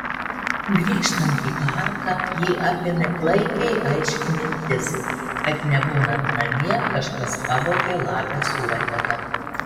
grįžtant į parką jį apėmė klaikiai aiški mintis kad nebūnant namie kažkas pavogė lapės uodegą